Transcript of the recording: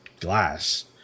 glass